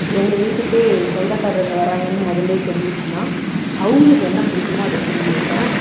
எங்கள் வீட்டுக்கு சொந்தக்காரங்கள் வராங்கனு முதல்லயே தெரிஞ்சிச்சுன்னா அவர்களுக்கு என்ன பிடிக்குமோ அதை செஞ்சு வைப்பேன்